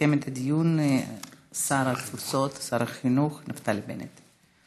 יסכם את הדיון שר החינוך נפתלי בנט.